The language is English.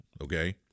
okay